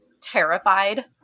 terrified